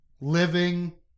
living